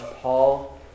Paul